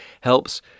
helps